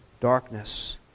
darkness